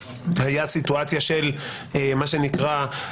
והייתה סיטואציה של מה שנקרא: